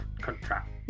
Contract